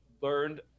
learned